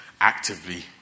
actively